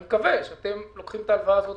אני מקווה שאתם לוקחים את ההלוואה הזאת